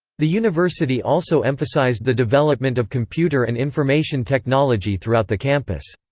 the university also emphasized the development of computer and information technology throughout the campus.